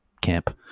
camp